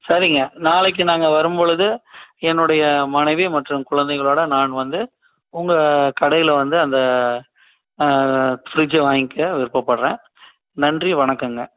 சரிங்க நாளைக்கு நாங்கள் வரும்பொழுது என்னுடைய மனைவி மற்றும் குழந்தைகளோட நான் வந்து உங்கள் கடையில் வந்து அந்த ஃப்ரிட்ஜை வாங்கிக்க விருப்பப்படுறேன் நன்றி வணக்கம்ங்க